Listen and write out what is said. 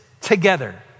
together